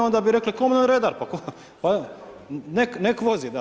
Onda bi rekli komunalni redar, pa nek vozi, da.